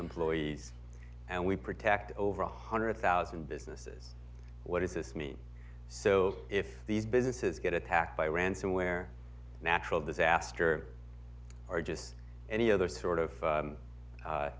employees and we protect over a hundred thousand businesses what is this me so if these businesses get attacked by ransomware natural disaster or just any other sort of